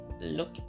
look